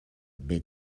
bit